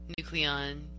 nucleon